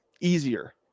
easier